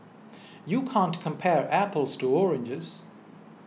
you can't compare apples to oranges